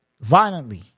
violently